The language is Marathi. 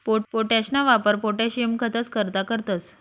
पोटाशना वापर पोटाशियम खतंस करता करतंस